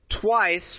Twice